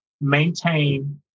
maintain